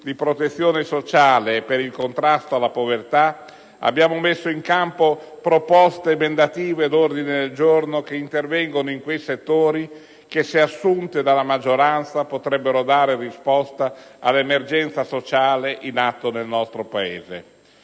di protezione sociale e per il contrasto alla povertà, abbiamo messo in campo proposte emendative ed ordini del giorno che intervengono in questi settori e che, se assunte dalla maggioranza, potrebbero dare risposte all'emergenza sociale in atto nel nostro Paese.